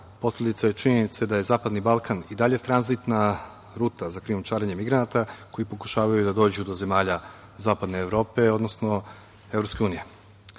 posledica je činjenice da je Zapadni Balkan i dalje tranzitna ruta za krijumčarenje migranata koji pokušavaju da dođu do zemalja zapadne Evrope, odnosno Evropske unije. Deo